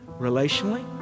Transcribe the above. relationally